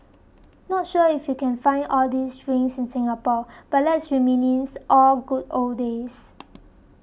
not sure if you can find all these drinks in Singapore but let's reminisce all good old days